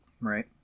Right